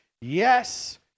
yes